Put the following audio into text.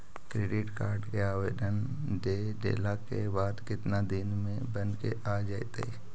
Credit card के आवेदन दे देला के बाद केतना दिन में बनके आ जइतै?